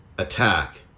Attack